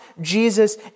Jesus